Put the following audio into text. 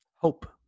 Hope